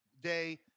day